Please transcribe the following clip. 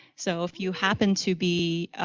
so if you happen to be